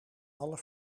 alle